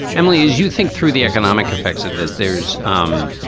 emily, as you think through the economic effects of this, there's um